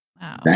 Wow